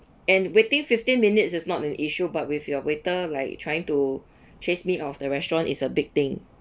and waiting fifteen minutes is not an issue but with your waiter like trying to chase me out of the restaurant is a big thing